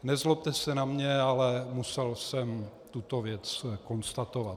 Nezlobte se na mě, ale musel jsem tuto věc konstatovat.